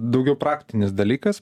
daugiau praktinis dalykas